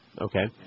Okay